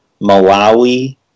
Malawi